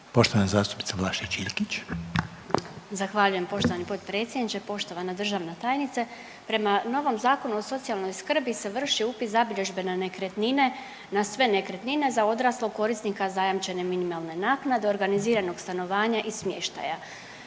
Iljkić, Martina (SDP)** Zahvaljujem poštovani potpredsjedniče. Poštovana državna tajnice. Prema novom Zakonu o socijalnoj skrbi se vrši upis zabilježbe na nekretnine na sve nekretnine za odraslog korisnika zajamčene minimalne naknade organiziranog stanovanja i smještaja.